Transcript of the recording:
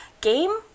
game